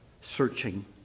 searching